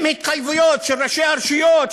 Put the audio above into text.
עם התחייבויות של ראשי הרשויות,